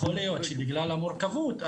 יכול להיות שבגלל המורכבות,